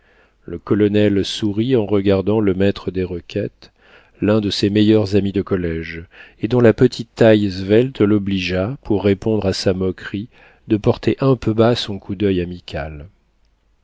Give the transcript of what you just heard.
le colonel sourit en regardant le maître des requêtes l'un de ses meilleurs amis de collége et dont la petite taille svelte l'obligea pour répondre à sa moquerie de porter un peu bas son coup d'oeil amical